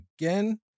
again